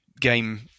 game